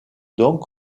donc